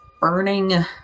burning